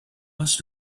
must